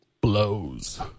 blows